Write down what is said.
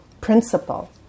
principle